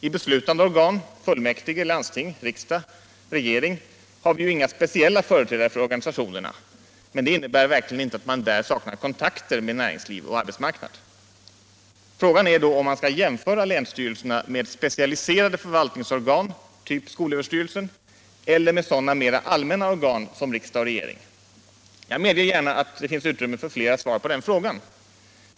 I beslutande organ — fullmäktige, landsting, riksdag, regering — har vi ju inga speciella företrädare för organisationerna, men det innebär verkligen inte att man där saknar kontakter med näringsliv och arbetsmarknad. Frågan är då om man skall jämföra länsstyrelserna med specialiserade förvaltningsorgan, typ skolöverstyrelsen, eller med sådana mer allmänna organ som riksdag och regering. Jag medger gärna att det finns utrymme för flera svar på den frågan.